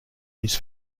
his